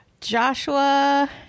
Joshua